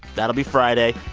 that'll be friday.